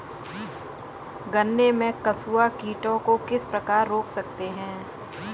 गन्ने में कंसुआ कीटों को किस प्रकार रोक सकते हैं?